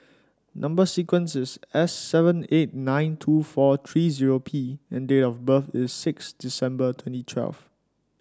number sequence is S seven eight nine two four three zero P and date of birth is six December twenty twelve